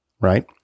right